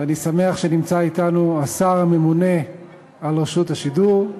אני שמח שנמצא אתנו השר הממונה על רשות השידור,